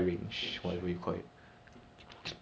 ya you cannot really do anything about him also